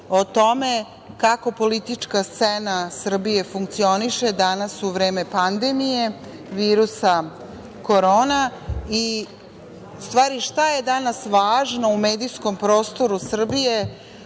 o tome kako politička scena Srbije funkcioniše danas u vreme pandemije, virusa korona i u stvari šta je danas važno u medijskom prostoru Srbije